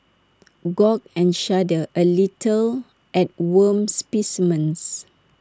gawk and shudder A little at worm specimens